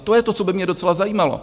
To je to, co by mě docela zajímalo.